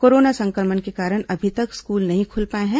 corona संक्रमण के कारण अभी तक स्कूल नहीं खुल पाए हैं